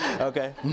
Okay